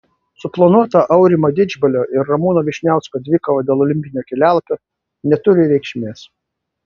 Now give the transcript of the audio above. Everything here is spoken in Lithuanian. suplanuota aurimo didžbalio ir ramūno vyšniausko dvikova dėl olimpinio kelialapio neturi reikšmės